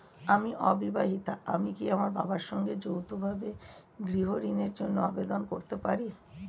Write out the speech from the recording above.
আমি অবিবাহিতা আমি কি আমার বাবার সঙ্গে যৌথভাবে গৃহ ঋণের জন্য আবেদন করতে পারি?